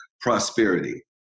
prosperity